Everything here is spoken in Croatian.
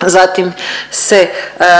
zatim se zatim